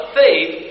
faith